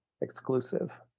exclusive